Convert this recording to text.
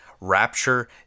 Rapture